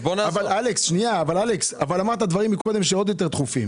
אבל אמרת קודם שיש דברים לא פחות דחופים.